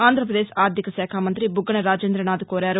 అంధ్రప్రదేశ్ అర్థిక శాఖ మంతి బుగ్గన రాజేంద్రనాథ్ కోరారు